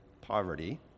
poverty